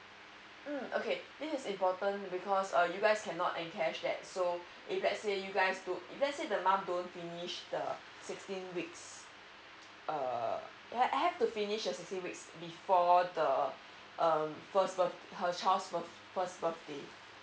mm okay this is important because uh you guys cannot and that so if let's say you guys don't if let's say the mom don't finish the sixteen weeks uh have to finish the sixteen weeks before the um first birth her child's birth first birthday